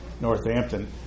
Northampton